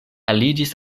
aliĝis